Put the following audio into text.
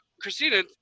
Christina